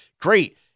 great